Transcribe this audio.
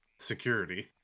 security